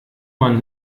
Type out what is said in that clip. man